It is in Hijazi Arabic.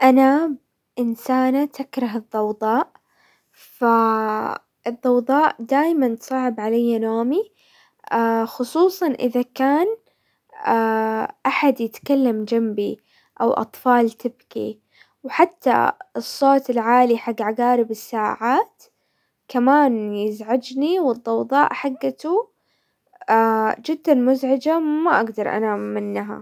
انا انسانة تكره الضوضاءز الضوضاء دايما تصعب علي نومي خصوصا اذا كان احد يتكلم جنبي او اطفال تبكي، وحتى الصوت العالي حق عقارب الساعات كمان يزعجني، والضوضاء حقته جدا مزعجة ما اقدر انام منها.